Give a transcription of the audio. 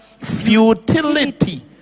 futility